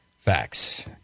Facts